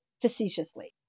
facetiously